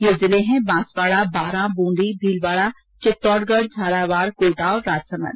ये जिले हैं बांसवाडा बारां ब्रंदी भीलवाडा चित्तौडगढ झालावाड कोटा और राजसमंद